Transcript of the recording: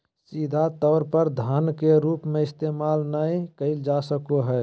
सीधा तौर पर धन के रूप में इस्तेमाल नय कइल जा सको हइ